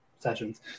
sessions